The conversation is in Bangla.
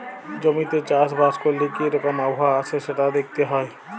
জমিতে চাষ বাস ক্যরলে কি রকম আবহাওয়া আসে সেটা দ্যাখতে হ্যয়